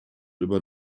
über